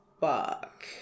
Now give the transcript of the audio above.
fuck